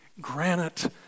granite